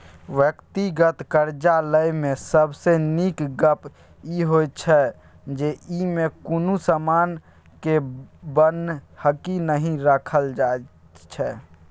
व्यक्तिगत करजा लय मे सबसे नीक गप ई होइ छै जे ई मे कुनु समान के बन्हकी नहि राखल जाइत छै